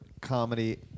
comedy